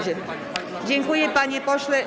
Dziękuję, panie pośle.